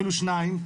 אפילו שניים,